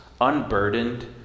unburdened